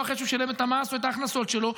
אחרי שהוא שילם את המס או את ההכנסות שלו,